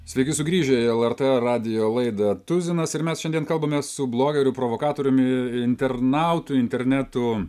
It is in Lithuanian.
sveiki sugrįžę į lrt radijo laidą tuzinas ir mes šiandien kalbamės su blogeriu provokatoriumi internautu internetu